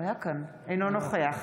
אינו נוכח